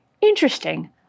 interesting